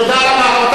תודה רבה.